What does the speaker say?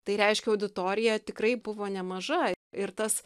tai reiškia auditorija tikrai buvo nemaža ir tas